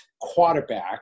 quarterback